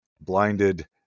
blinded